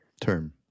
term